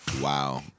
wow